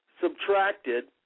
subtracted